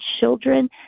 children